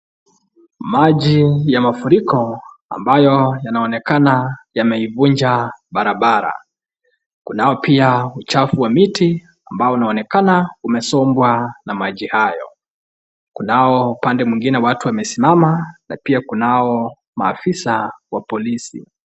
Maji ya mafuriko ambayo yanaonekana yameivunja barabara, kunao pia uchafu wa miti ambao unaoonekana umesombwa na maji hayo, kunao upande mwingine watu wamesimama na pia kunao maafisa wa polisi.